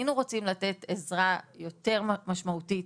היינו רוצים לתת עזרה יותר משמעותית